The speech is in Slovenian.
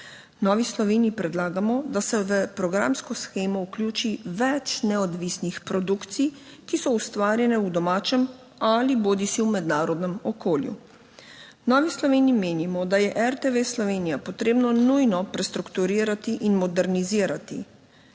Novi Sloveniji predlagamo, da se v programsko shemo vključi več neodvisnih produkcij, ki so ustvarjene v domačem ali bodisi v mednarodnem okolju. V Novi Sloveniji menimo, da je RTV Slovenija potrebno nujno prestrukturirati in modernizirati,